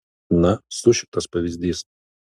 na sušiktas pavyzdys